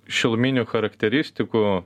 šiluminių charakteristikų